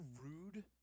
rude